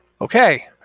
Okay